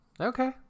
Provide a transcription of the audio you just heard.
Okay